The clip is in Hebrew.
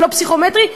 ולא פסיכומטרי,